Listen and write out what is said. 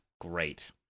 great